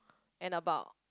and about